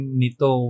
nito